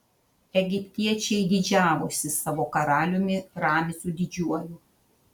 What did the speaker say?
egiptiečiai didžiavosi savo karaliumi ramziu didžiuoju